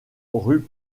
rue